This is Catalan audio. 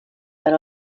per